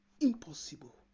impossible